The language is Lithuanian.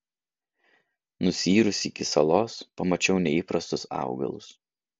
nusiyrusi iki salos pamačiau neįprastus augalus